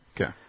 Okay